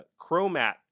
Chromat